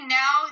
now